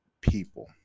people